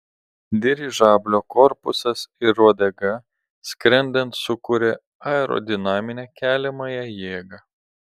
dirižablio korpusas ir uodega skrendant sukuria aerodinaminę keliamąją jėgą